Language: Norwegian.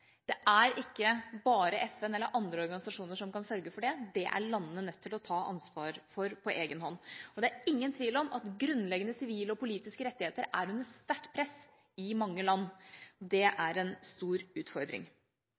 Det er ikke bare FN eller andre organisasjoner som kan sørge for det; det er landene nødt til å ta ansvar for på egen hånd. Og det er ingen tvil om at grunnleggende sivile og politiske rettigheter er under sterkt press i mange land. Det er en stor utfordring.